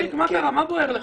מה בוער לך?